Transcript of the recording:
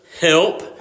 help